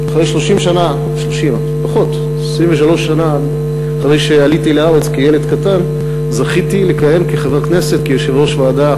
23 שנה אחרי שעליתי לארץ כילד קטן זכיתי לכהן כחבר כנסת וכיו"ר ועדה,